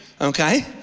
okay